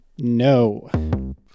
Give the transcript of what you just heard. No